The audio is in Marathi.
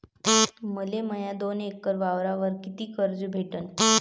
मले माया दोन एकर वावरावर कितीक कर्ज भेटन?